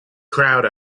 crowd